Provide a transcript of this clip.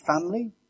family